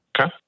Okay